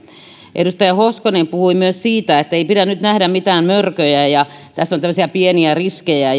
edustaja hoskonen puhui myös siitä ettei pidä nyt nähdä mitään mörköjä ja tässä on tämmöisiä pieniä riskejä